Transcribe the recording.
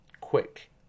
quick